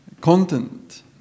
content